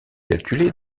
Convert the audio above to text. calculé